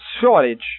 shortage